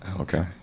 Okay